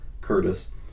Curtis